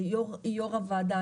יושב-ראש הוועדה,